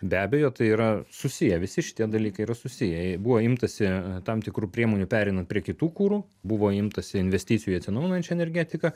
be abejo tai yra susiję visi šitie dalykai yra susiję buvo imtasi tam tikrų priemonių pereinant prie kitų kurų buvo imtasi investicijų į atsinaujinančią energetiką